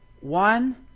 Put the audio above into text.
one